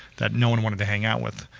that no one wanted to hang out with,